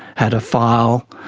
had a file,